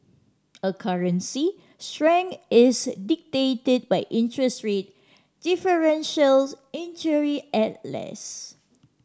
a currency strength is dictated by interest rate differentials in theory at least